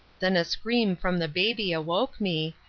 then a scream from the baby awoke me,